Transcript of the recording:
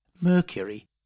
Mercury